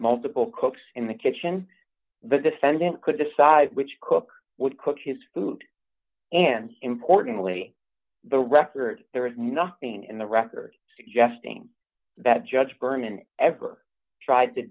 multiple cooks in the kitchen the defendant could decide which cook would cook his food and importantly the record there is nothing in the record suggesting that judge berman ever tried to